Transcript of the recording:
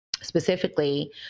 specifically